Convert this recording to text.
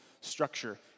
structure